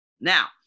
Now